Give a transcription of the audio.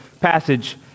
passage